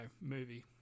movie